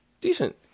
Decent